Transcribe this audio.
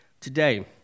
today